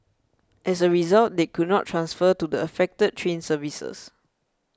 as a result they could not transfer to the affected train services